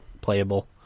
playable